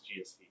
GSP